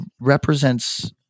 represents